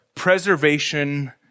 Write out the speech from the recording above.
preservation